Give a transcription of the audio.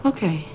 Okay